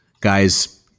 guys